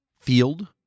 field